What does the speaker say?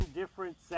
different